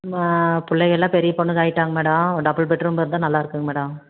பிள்ளைகள்லாம் பெரிய பொண்ணுங்க ஆகிட்டாங்க மேடம் டபிள் பெட்ரூம் இருந்தால் நல்லா இருக்கும்ங்க மேடம்